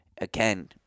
again